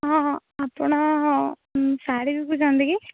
ହଁ ହଁ ଆପଣ ଶାଢ଼ୀ ବିକୁଛନ୍ତି କି